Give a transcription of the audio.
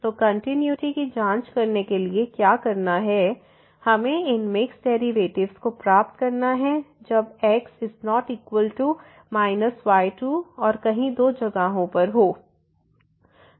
तो कंटिन्यूटी की जांच करने के लिए क्या करना है हमें इन मिक्स्ड डेरिवेटिव्स को प्राप्त करना है जब x≠ y2 और कहीं दो जगहों पर हो